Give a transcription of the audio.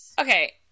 Okay